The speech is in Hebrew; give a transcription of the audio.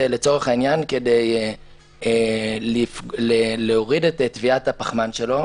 לצורך העניין כדי להוריד את טביעת הפחמן שלו.